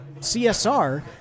CSR